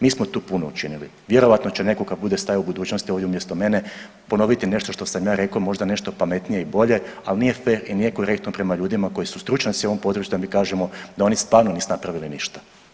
Mi smo tu puno učinili, vjerojatno će netko kad bude stajao u budućnosti ovdje umjesto mene ponoviti nešto što sam ja rekao možda nešto pametnije i bolje, ali nije fer i nije korektno prema ljudima koji su stručnjaci u ovom području da mi kažemo da oni stvarno nisu napravili ništa.